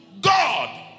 God